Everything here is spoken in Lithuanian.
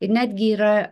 ir netgi yra